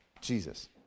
Jesus